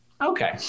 Okay